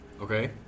Okay